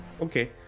Okay